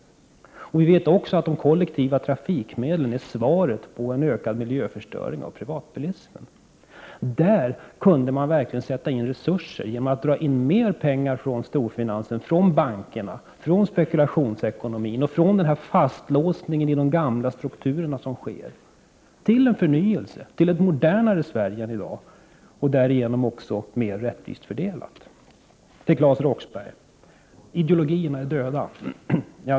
Vi vet också att de kollektiva trafikmedlen är boten mot en ökad miljöförstöring genom privatbilismen. Där kunde man verkligen sätta in resurser genom att dra in Prot. 1988/89:59 och från fastlåsningen i de gamla strukturerna till en förnyelse, till ett modernare Sverige än i dag och därmed också en mer rättvis fördelning. Claes Roxbergh menar att ideologierna är döda.